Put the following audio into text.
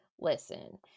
listen